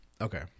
Okay